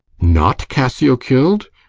not cassio kill'd!